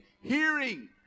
hearing